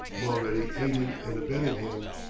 mulready aiding and abetting him.